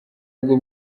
bwo